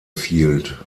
field